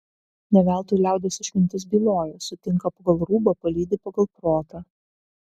ne veltui liaudies išmintis byloja sutinka pagal rūbą palydi pagal protą